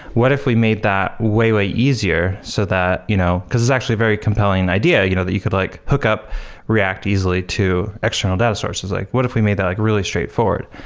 what if we made that way, way easier so that you know because it's actually a very compelling idea you know that you could like hookup react easily to external data sources. like what if we made that like really straightforward?